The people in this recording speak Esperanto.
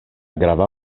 grava